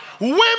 Women